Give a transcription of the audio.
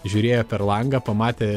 žiūrėjo per langą pamatė